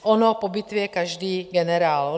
On po bitvě je každý generál.